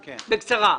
בקצרה.